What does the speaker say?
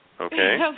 Okay